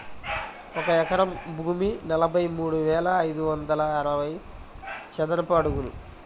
ఒక ఎకరం భూమి నలభై మూడు వేల ఐదు వందల అరవై చదరపు అడుగులు